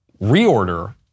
reorder